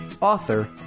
author